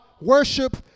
worship